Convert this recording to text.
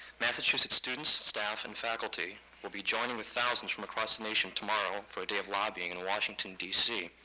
massachusetts students, staff, and faculty will be joining with thousands from across the nation tomorrow for a day of lobbying in washington, dc.